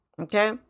Okay